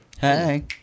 Hey